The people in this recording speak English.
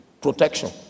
protection